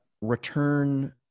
return